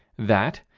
that,